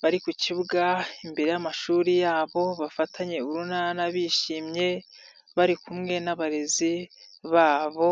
bari ku kibuga imbere y'amashuri yabo bafatanye urunana bishimye bari kumwe n'abarezi babo...